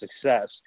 success